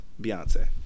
Beyonce